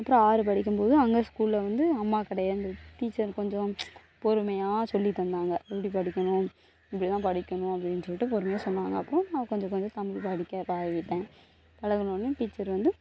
அப்புறம் ஆறு படிக்கும் போது அங்கே ஸ்கூலில் வந்து அம்மா கிடையாதுன்னு டீச்சர் கொஞ்சம் பொறுமையாக சொல்லி தந்தாங்க எப்படி படிக்கணும் இப்படி தான் படிக்கணும் அப்படினு சொல்லிவிட்டு பொறுமையாக சொன்னாங்க அப்புறம் கொஞ்சம் கொஞ்சம் தமிழ் படிக்க பழகிட்டேன் பழகனவொன்னே டீச்சர் வந்து